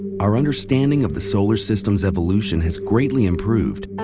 our understanding of the solar system's evolution has greatly improved,